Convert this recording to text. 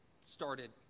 started